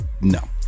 No